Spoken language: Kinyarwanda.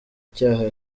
cyaha